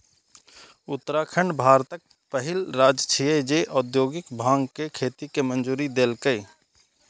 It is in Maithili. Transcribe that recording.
उत्तराखंड भारतक पहिल राज्य छियै, जे औद्योगिक भांग के खेती के मंजूरी देलकै